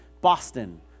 Boston